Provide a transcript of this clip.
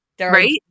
Right